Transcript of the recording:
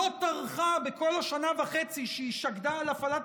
לא טרחה בכל השנה וחצי שבה היא שקדה על הפעלת